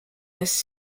this